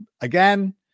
again